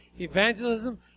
evangelism